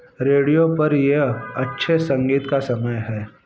radio पर यह अच्छे संगीत का समय है